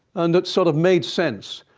and that sort of made sense.